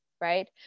right